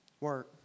work